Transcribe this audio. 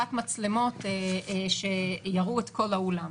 והוספת מצלמות שיראו את כל האולם,